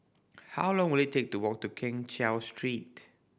how long will it take to walk to Keng Cheow Street